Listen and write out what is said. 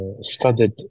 studied